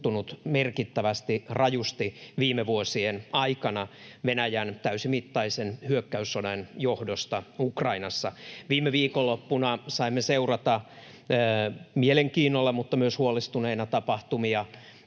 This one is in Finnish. merkittävästi, rajusti viime vuosien aikana Venäjän täysimittaisen hyökkäys-sodan johdosta Ukrainassa. Viime viikonloppuna saimme seurata mielenkiinnolla mutta myös huolestuneina tapahtumia